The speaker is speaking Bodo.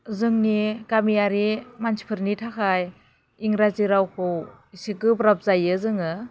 जोंनि गामियारि मानसिफोरनि थाखाय इंराजि रावखौ एसे गोब्राब जायो जोङो